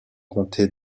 comté